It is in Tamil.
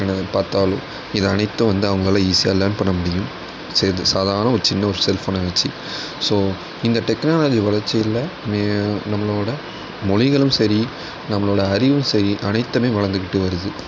எனது பார்த்தால் இதை அனைத்தும் வந்து அவங்களால ஈஸியாக லேர்ன் பண்ண முடியும் சே இது சாதாரண ஒரு சின்ன ஒரு செல்ஃபோனை வெச்சு ஸோ இந்த டெக்னாலஜி வளர்ச்சியில் மே நம்மளோடய மொழிகளும் சரி நம்மளோடய அறிவும் சரி அனைத்துமே வளர்ந்துக்கிட்டு வருது